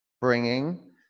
bringing